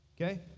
okay